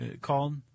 called